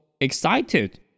excited